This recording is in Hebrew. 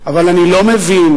אבל אני לא מבין.